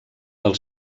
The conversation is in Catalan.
del